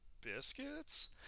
biscuits